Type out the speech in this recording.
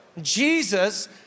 Jesus